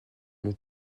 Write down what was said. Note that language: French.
mon